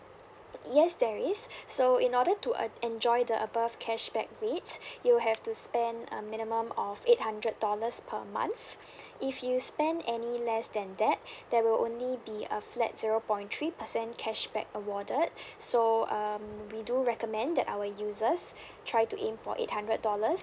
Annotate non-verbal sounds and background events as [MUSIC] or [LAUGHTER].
yes there is [BREATH] so in order to uh enjoy the above cashback rates [BREATH] you have to spend a minimum of eight hundred dollars per month [BREATH] if you spend any less than that [BREATH] there will only be a flat zero point three percent cashback awarded [BREATH] so um we do recommend that our users [BREATH] try to aim for eight hundred dollars